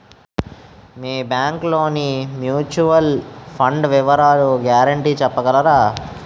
మీ bank లోని mutual fund వివరాల guarantee చెప్పగలరా?